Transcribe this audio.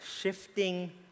shifting